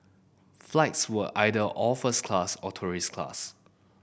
flights were either all first class or tourist class